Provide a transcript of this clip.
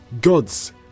gods